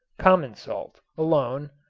common salt, alone,